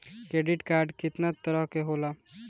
Credit card कितना तरह के होला?